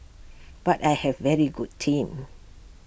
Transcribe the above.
but I have A very good team